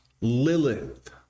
Lilith